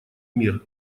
мир